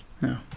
No